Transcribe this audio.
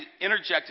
interjected